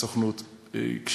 הסוכנות לעסקים קטנים ובינוניים,